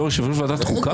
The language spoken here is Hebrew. בתור יושב-ראש ועדת חוקה?